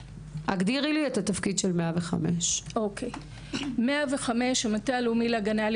הגדירי לי את התפקיד של 105. 105 זה המטה הלאומי להגנה על